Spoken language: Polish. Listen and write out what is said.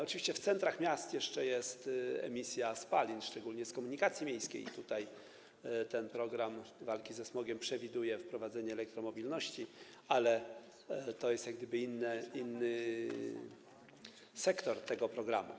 Oczywiście w centrach miast jeszcze jest emisja spalin, szczególnie z komunikacji miejskiej, i ten program walki ze smogiem przewiduje wprowadzenie elektromobilności, ale to jest jak gdyby inny sektor w ramach tego programu.